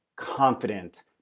Confident